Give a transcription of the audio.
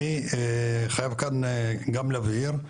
אני חייב כאן גם להבהיר,